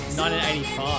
1985